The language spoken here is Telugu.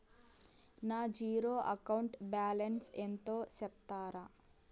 నా జీరో అకౌంట్ బ్యాలెన్స్ ఎంతో సెప్తారా?